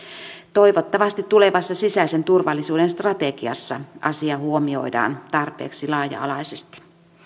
toivottavasti tulevassa sisäisen turvallisuuden strategiassa asia huomioidaan tarpeeksi laaja alaisesti